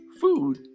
food